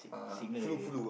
signal already eh